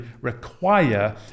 require